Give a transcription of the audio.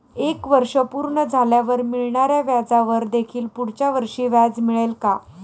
एक वर्ष पूर्ण झाल्यावर मिळणाऱ्या व्याजावर देखील पुढच्या वर्षी व्याज मिळेल का?